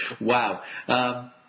Wow